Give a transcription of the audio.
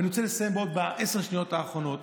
ואני רוצה לסיים בעשר השניות האחרונות,